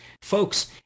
folks